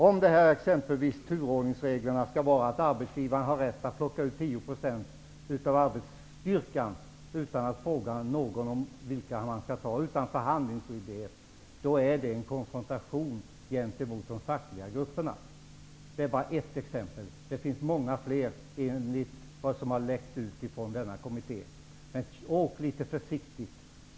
Om turordningsreglerna exempelvis skall innebära att arbetsgivaren skall ha rätt att plocka ut 10 % av arbetsstyrkan utan att fråga någon om vilka som skall plockas ut, utan förhandlingsskyldighet, innebär det en konfrontation gentemot de fackliga grupperna. Detta är bara ett exempel. Det finns många fler, enligt vad som har läckt ut från denna kommitté. Åk litet försiktigt!